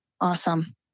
Awesome